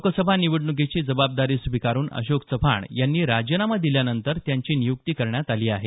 लोकसभा निवडण्कीची जबाबदारी स्वीकारून अशोक चव्हाण यांनी राजीनामा दिल्यानंतर त्यांची नियुक्ती करण्यात आली आहे